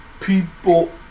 People